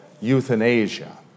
euthanasia